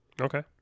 okay